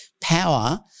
power